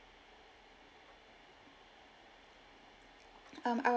um our